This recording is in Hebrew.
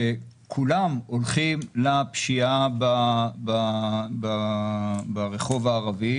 שכולם הולכים לפשיעה ברחוב הערבי.